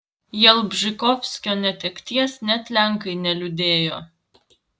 jalbžykovskio netekties net lenkai neliūdėjo